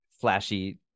flashy